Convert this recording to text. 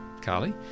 Carly